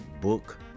book